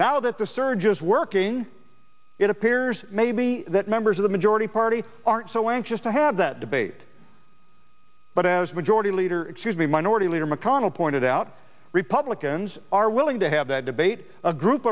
now that the surge is working it appears maybe that members of the majority party aren't so anxious to have that debate but as majority leader excuse me minority leader mcconnell pointed out republicans are willing to have that debate a group